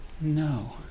No